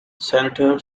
senator